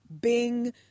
Bing